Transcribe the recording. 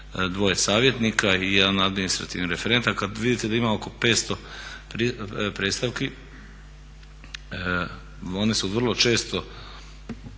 još 2 savjetnika i 1 administrativni referent, a kad vidite da ima oko 500 predstavki one su vrlo često,